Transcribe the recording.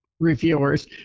reviewers